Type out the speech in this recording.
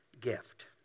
gift